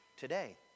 Today